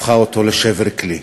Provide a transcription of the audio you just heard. הפכה אותו לשבר כלי.